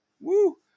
Woo